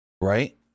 Right